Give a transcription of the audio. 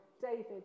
David